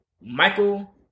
Michael